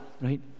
right